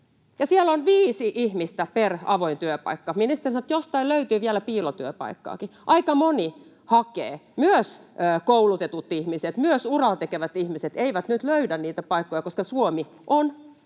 siellä on viisi ihmistä per avoin työpaikka. Ministeri sanoi, että jostain löytyy vielä piilotyöpaikkaakin. Aika moni hakee. Myöskään koulutetut ihmiset, myöskään uraa tekevät ihmiset eivät nyt löydä niitä paikkoja, koska Suomi on